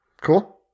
Cool